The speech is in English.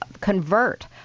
convert